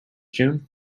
june